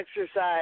exercise